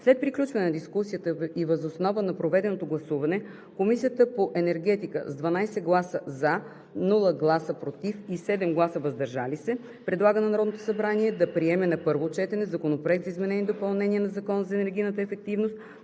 След приключване на дискусията и въз основа на проведеното гласуване Комисията по енергетика с 12 гласа „за“, без „против“ и 7 гласа „въздържал се“ предлага на Народното събрание да приеме на първо четене Законопроект за изменение и допълнение на Закона за енергийната ефективност,